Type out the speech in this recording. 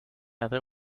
other